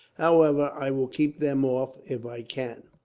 however, i will keep them off, if i can.